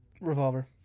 Revolver